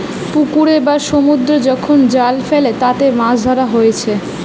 পুকুরে বা সমুদ্রে যখন জাল ফেলে তাতে মাছ ধরা হয়েটে